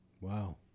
wow